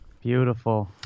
Beautiful